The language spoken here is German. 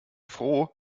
froh